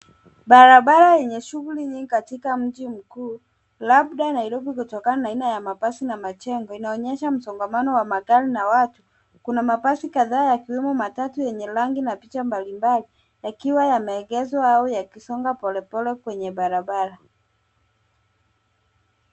Barabara yenye shughuli nyingi katika mji mkuu, labda Nairobi kutokana na aina ya mabasi na majengo. Inaonyesha msongamano wa magari na watu. Kuna mabasi kadhaa yakiwemo matatu yenye rangi na picha mbalimbali yakiwa yameegeshwa au yakisonga polepole kwenye barabara.